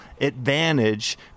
advantage